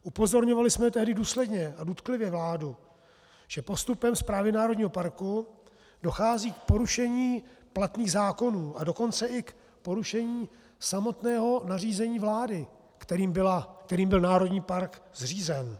Upozorňovali jsme tehdy důsledně a důtklivě vládu, že postupem správy národního parku dochází k porušení platných zákonů, a dokonce i k porušení samotného nařízení vlády, kterým byl národní park zřízen.